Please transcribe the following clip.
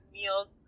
meals